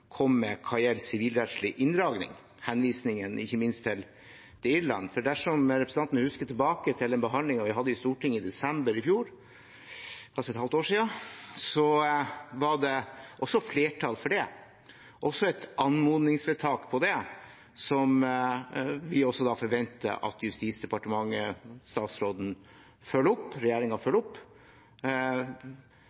kom med hva gjelder sivilrettslig inndragning, ikke minst henvisningen til Irland. For dersom representanten husker tilbake til den behandlingen vi hadde i Stortinget i desember i fjor, altså for et halvt år siden, var det også flertall for det og et anmodningsvedtak om det, som vi også forventer at Justisdepartementet ved statsråden, og regjeringen, følger opp.